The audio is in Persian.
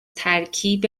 ترکیب